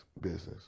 business